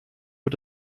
uhr